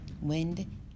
Wind